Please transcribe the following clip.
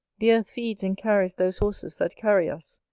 the earth feeds and carries those horses that carry us.